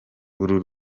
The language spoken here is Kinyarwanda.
uru